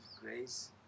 grace